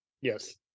yes